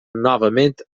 novament